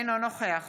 אינו נוכח